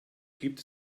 gibt